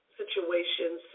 situations